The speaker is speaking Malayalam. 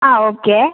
ആ ഓക്കെ